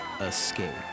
escape